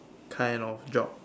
kind of job